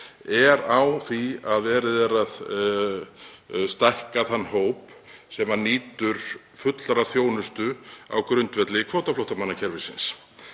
er á því að verið sé að stækka þann hóp sem nýtur fullra þjónustu á grundvelli kvótaflóttamannakerfisins